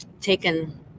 taken